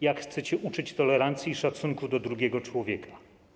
Jak chcecie uczyć tolerancji i szacunku do drugiego człowieka?